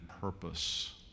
purpose